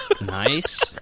Nice